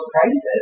crisis